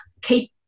keep